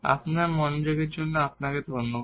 আপনার মনোযোগের জন্য আপনাকে ধন্যবাদ